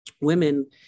women